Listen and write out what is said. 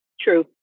True